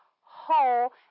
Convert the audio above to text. whole